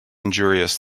injurious